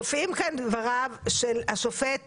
מופיעים פה דבריו של השופט